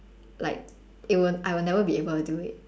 like it will I will never be able to do it